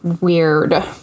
weird